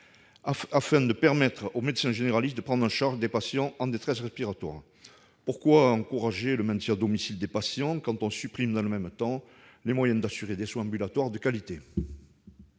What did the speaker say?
afin de permettre aux médecins généralistes de prendre en charge des patients en détresse respiratoire. Pourquoi encourager le maintien à domicile des patients quand on supprime dans le même temps les moyens d'assurer des soins ambulatoires de qualité ?